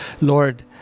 Lord